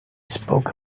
spoke